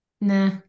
nah